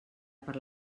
per